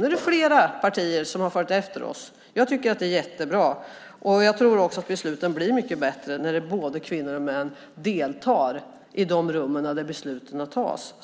Nu är det flera partier som har följt efter oss, och jag tycker att det är jättebra. Jag tror också att det kan bli mycket bättre när både kvinnor och män deltar i de rum där besluten fattas.